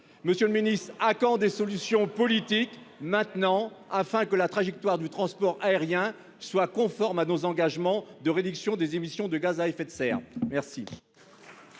Monsieur le ministre, à quand des solutions politiques dès maintenant, afin que la trajectoire du transport aérien soit conforme à nos engagements de réduction des émissions de gaz à effet de serre ?